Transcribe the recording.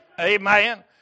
Amen